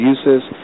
Uses